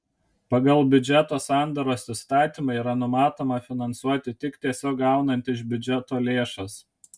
pagal biudžeto sandaros įstatymą yra numatoma finansuoti tik tiesiog gaunant iš biudžeto lėšas